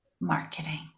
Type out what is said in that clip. marketing